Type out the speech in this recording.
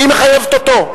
והיא מחייבת אותו.